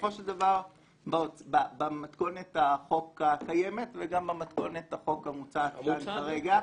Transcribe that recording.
בסופו של דבר במתכונת החוק הקיימת וגם במתכונת החוק המוצעת כאן כרגע,